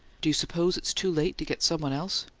do you suppose it's too late to get someone else?